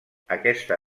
aquesta